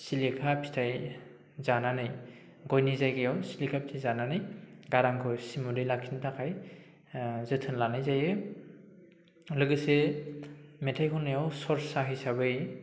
सिलिखा फिथाइ जानानै गयनि जायगायाव सिलिखा फिथाइ जानानै गारांखौ स्मुथै लाखिनो थाखाय जोथोन लानाय जायो लोगोसे मेथाइ खननायाव सरसा हिसाबै